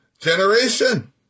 generation